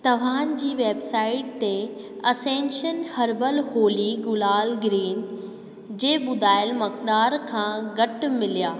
तव्हां जी वेबसाइट ते असैनशन हर्बल होली गुलाल ग्रीन जे ॿुधायल मक़दार खां घटि मिलिया